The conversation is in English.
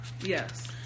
Yes